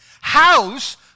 House